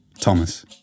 Thomas